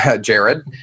Jared